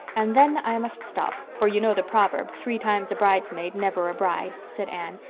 and then i must stop, for you know the proverb three times a bridesmaid, never a bride said anne,